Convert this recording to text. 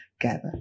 gather